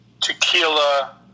tequila